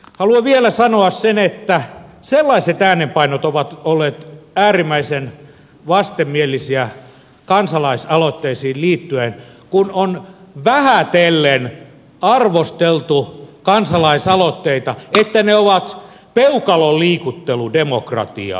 haluan vielä sanoa sen että sellaiset äänenpainot ovat olleet äärimmäisen vastenmielisiä kansalaisaloitteisiin liittyen kun on vähätellen arvosteltu kansalaisaloitteita että ne ovat peukalonliikutteludemokratiaa